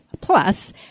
plus